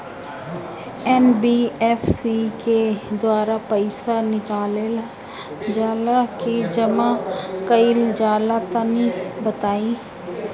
NBFC के द्वारा पईसा निकालल जला की जमा कइल जला तनि बताई?